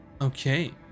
Okay